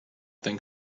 think